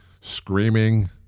screaming